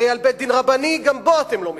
הרי על בית-דין רבני, גם בו אתם לא מכירים.